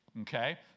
Okay